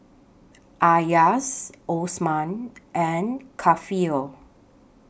Elyas Osman and Kefli